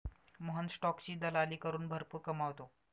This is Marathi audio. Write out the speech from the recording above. मोहन स्टॉकची दलाली करून भरपूर कमावतो